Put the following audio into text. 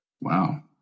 Wow